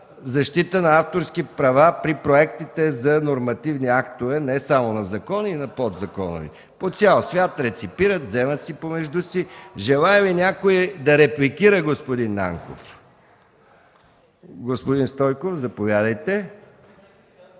защита на авторски права при проектите за нормативни актове – не само на законите, но и при подзаконовите актове. По цял свят реципират, вземат помежду си. Желае ли някой да репликира господин Нанков? Господин Стойков, заповядайте